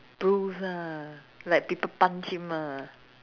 bruise ah like people punch him ah